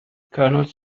kernels